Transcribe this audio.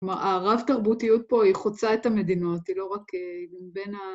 כלומר, הרב תרבותיות פה היא חוצה את המדינות, היא לא רק.. היא בין ה...